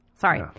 Sorry